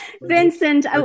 Vincent